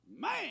Man